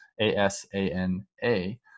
A-S-A-N-A